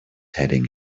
heading